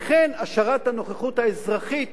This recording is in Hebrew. וכן השארת הנוכחות האזרחית